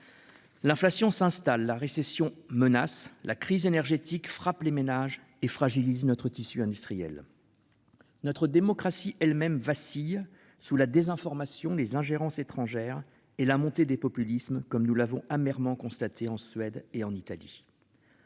L'inflation s'installe la récession menace la crise énergétique frappe les ménages et fragilisent notre tissu industriel. Notre démocratie elle même vacille sous la désinformation les ingérences étrangères et la montée des populismes comme nous l'avons amèrement constaté en Suède et en Italie.